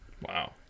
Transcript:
Wow